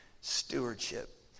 stewardship